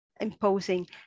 imposing